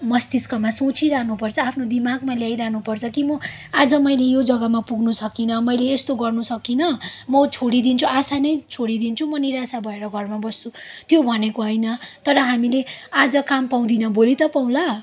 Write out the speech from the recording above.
मस्तिष्कमा सोचिरहनु पर्छ आफ्नो दिमागमा ल्याइरहनु पर्छ कि म आज मैले यो जग्गामा पुग्नुसकिनँ मैले यस्तो गर्नसकिनँ म छोडिदिन्छु आशा नै छोडिदिन्छु म निराशा भएर घरमा बस्छु त्यो भनेको होइन तर हामीले आज काम पाउँदिनौँ भोलि त पाउँला